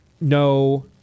no